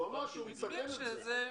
הוא אמר שהוא מתקן את זה.